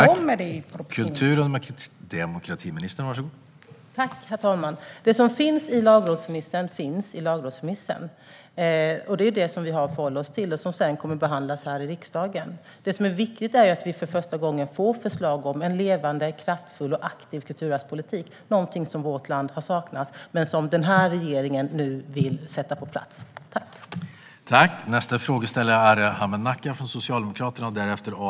Kommer detta i propositionen?